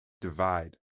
divide